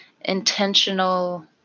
intentional